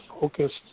focused